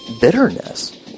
bitterness